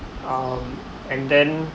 um and then